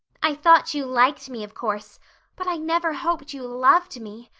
i thought you liked me of course but i never hoped you loved me.